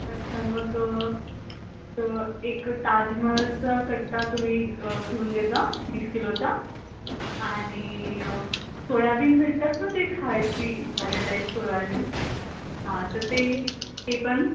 अच्छा मग एक ताजमहलचा कट्टा तुम्ही घेऊन येजा वीस किलोचा आणि सोयाबीन भेटतात ना ते खायची भाज्या टाईप सोयाबीन हा तर ते ते पण